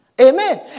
Amen